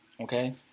Okay